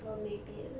orh maybe uh